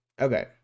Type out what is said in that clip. Okay